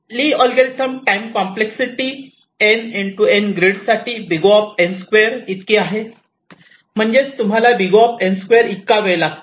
ली algorithm ची time complexity N N grid साठी O इतकी आहे म्हणजेच तुम्हाला O इतका वेळ लागतो